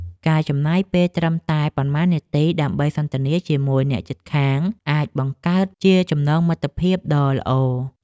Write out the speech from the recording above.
ការចំណាយពេលត្រឹមតែប៉ុន្មាននាទីដើម្បីសន្ទនាជាមួយអ្នកជិតខាងអាចបង្កើតជាចំណងមិត្តភាពដ៏ល្អ។